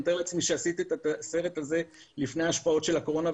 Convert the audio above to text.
אני מתאר לעצמי שעשית את הסרט הזה לפני ההשפעות של הקורונה,